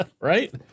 Right